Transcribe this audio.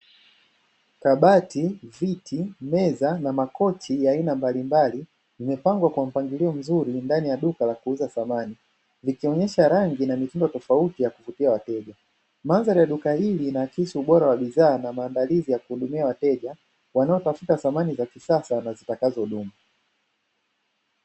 Kabati, viti, meza na makochi ya aina mbalimbali imepangwa kwa mpangilio mzuri ndani ya duka la kuuza samani, zikionyesha rangi na mitindo tofauti ya kuvutia. Mandhari ya duka hili inaakisi ubora wa bidhaa na maandalizi ya kuhudumia wateja wanaotafuta samani za kisasa na zitakazodumu.